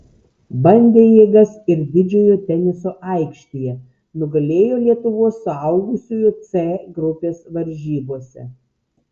bandė jėgas ir didžiojo teniso aikštėje nugalėjo lietuvos suaugusiųjų c grupės varžybose